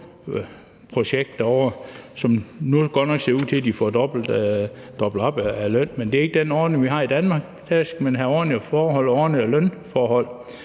projekt derovre, så det nu godt nok ser ud til, at de får dobbelt op på løn. Men det er ikke den ordning, vi har i Danmark. Her skal man have ordentlige forhold og ordentlige lønforhold.